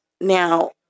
Now